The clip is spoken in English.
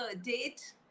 date